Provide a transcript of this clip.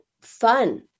fun